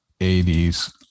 80s